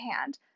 hand